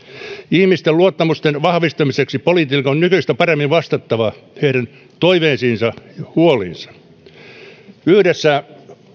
ihmisten luottamuksen vahvistamiseksi politiikan on nykyistä paremmin vastattava heidän toiveisiinsa ja huoliinsa yhdessä